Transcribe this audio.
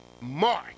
mark